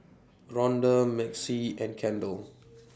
Rhonda Maxie and Kendall